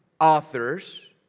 authors